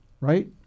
Right